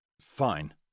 Fine